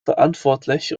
verantwortlich